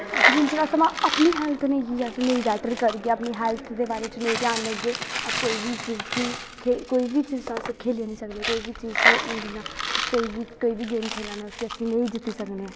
जिन्ना चिर अस अपनी हैल्थ गी निं बैट्टर करगे अपनी हैल्थ दे बारे निं ध्यान देगे अस कोई बी चीज गी कोई बी चीज अस खेली निं सकने कोई बी चीज जि'यां कोई बी गेम खेला ने ऐं उस्सी अस नेईं जित्ती सकने ऐं